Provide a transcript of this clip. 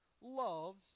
loves